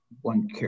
one